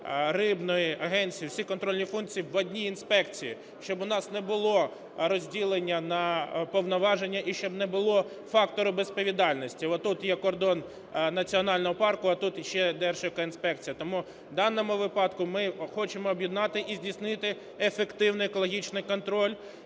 рибної агенції – всі контрольні функції в одній інспекції. Щоб у нас було розділення на повноваження і щоб не було фактору безвідповідальності: отут є кордон національного парку, а тут ще Держекоінспекція. Тому в даному випадку ми хочемо об'єднати і здійснити ефективний екологічний контроль.